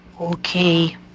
Okay